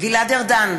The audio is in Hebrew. גלעד ארדן,